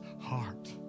heart